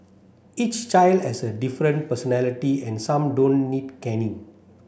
each child has a different personality and some don't need caning